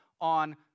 on